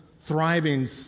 thriving